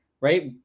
right